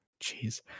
Jeez